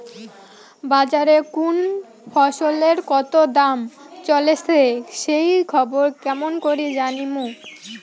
বাজারে কুন ফসলের কতো দাম চলেসে সেই খবর কেমন করি জানীমু?